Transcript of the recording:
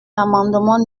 l’amendement